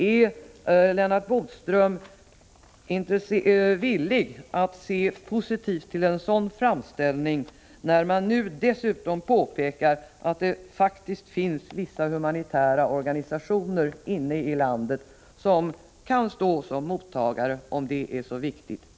Är Lennart Bodström villig att se positivt på en sådan framställning när man nu dessutom påpekar att det faktiskt finns vissa humanitära organisationer inne i landet som kan stå som mottagare om det anses vara så viktigt?